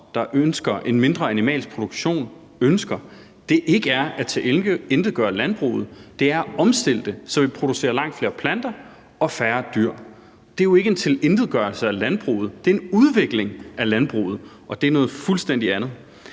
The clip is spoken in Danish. der ønsker en mindre animalsk produktion, ønsker, ikke er at tilintetgøre landbruget, det er at omstille det, så vi producerer langt flere planter og færre dyr. Det er jo ikke en tilintetgørelse af landbruget, det er en udvikling af landbruget, og det er noget fuldstændig andet.